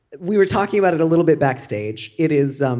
we were talking about it a little bit backstage. it is. um